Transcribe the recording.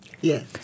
Yes